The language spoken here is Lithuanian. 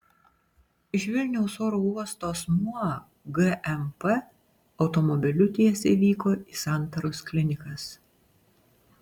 iš vilniaus oro uosto asmuo gmp automobiliu tiesiai vyko į santaros klinikas